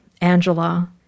Angela